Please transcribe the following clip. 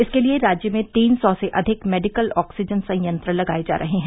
इसके लिये राज्य में तीन सौ से अधिक मेडिकल ऑक्सीजन संयंत्र लगाये जा रहे हैं